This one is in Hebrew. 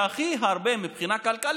שהם כי הרבה מבחינה כלכלית,